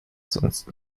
sonst